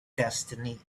destiny